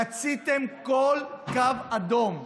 חציתם כל קו אדום,